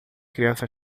crianças